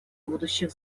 будущих